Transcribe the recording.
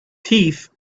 teeth